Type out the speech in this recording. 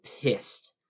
pissed